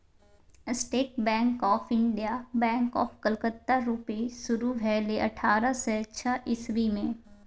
state bank of India, bank of Calcutta रुपे शुरु भेलै अठारह सय छअ इस्बी मे